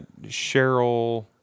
Cheryl